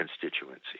constituency